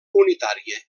unitària